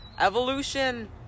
evolution